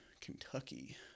kentucky